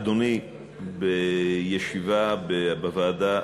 אדוני, בישיבה בוועדה